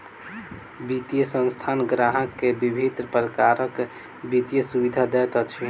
वित्तीय संस्थान ग्राहक के विभिन्न प्रकारक वित्तीय सुविधा दैत अछि